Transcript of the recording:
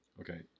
Okay